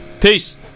peace